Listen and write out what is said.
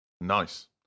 Nice